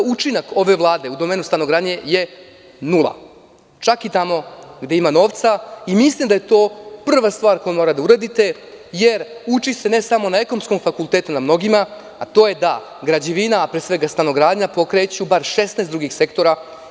Učinak ove vlade u domenu stanogradnje je nula, čak i tamo gde ima novca i mislim da je to prva stvar koju morate da uradite, jer uči se ne samo na ekonomskom fakultetu, a to je da je građevina, odnosno stanogradnja pokreće bar 16 drugih sektora.